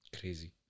Crazy